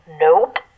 Nope